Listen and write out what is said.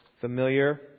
familiar